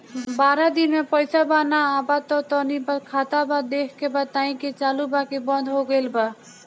बारा दिन से पैसा बा न आबा ता तनी ख्ताबा देख के बताई की चालु बा की बंद हों गेल बा?